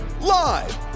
live